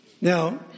Now